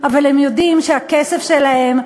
אבל הם יודעים שהכסף שלהם,